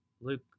Luke